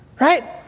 right